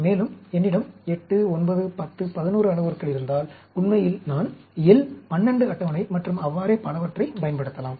மேலும் என்னிடம் 8 9 10 11 அளவுருக்கள் இருந்தால் உண்மையில் நான் L 12 அட்டவணை மற்றும் அவ்வாறே பலவற்றைப் பயன்படுத்தலாம்